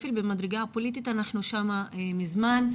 שפל במדרגה הפוליטית, אנחנו שם מזמן,